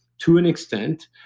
to an extent,